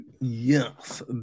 yes